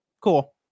Cool